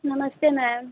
नमस्ते मैम